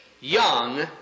young